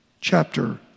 Chapter